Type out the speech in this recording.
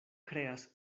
kreas